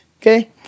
okay